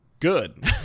good